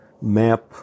map